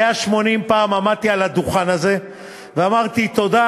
180 פעם עמדתי על הדוכן הזה ואמרתי תודה